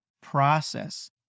process